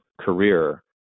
career